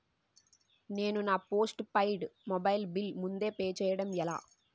నేను నా postpaid mobile bill ముందే పే చేయడం ఎలా?